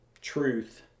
truth